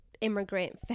immigrant